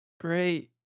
great